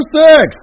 six